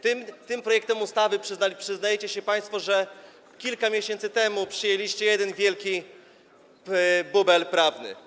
Tym projektem ustawy przyznajecie się państwo, że kilka miesięcy temu przyjęliście jeden wielki bubel prawny.